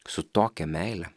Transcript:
su tokia meile